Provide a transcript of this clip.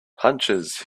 hunches